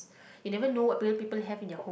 you never know what people have in their